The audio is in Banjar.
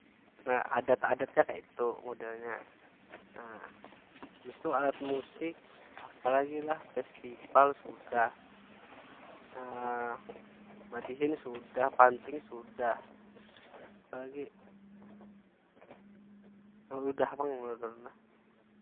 Nah adat- adatnya kaytu modelnya. Nah, habis tu alat musik apa lagi yu lah? Festival sudah, madihin sudah, panting sudah, apa lagi? Udah pang menurut ulun lah.